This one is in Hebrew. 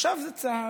עכשיו זה צה"ל.